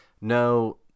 No